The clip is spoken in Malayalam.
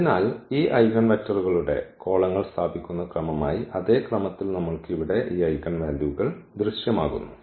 അതിനാൽ ഈ ഐഗൻവെക്റ്ററുകളുടെ ഈ കോളങ്ങൾ സ്ഥാപിക്കുന്ന ക്രമം ആയി അതേ ക്രമത്തിൽ നമ്മൾക്ക് ഇവിടെ ഈ ഐഗൻ വാല്യൂകൾ ദൃശ്യമാകുന്നു